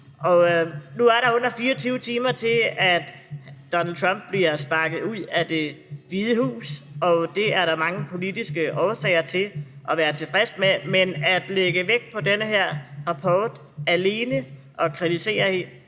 Nu er der under 24 timer til, at Donald Trump bliver sparket ud af Det Hvide Hus, og det er der mange politiske årsager til at være tilfreds med, men at lægge vægt på den her rapport alene og kritisere